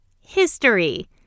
history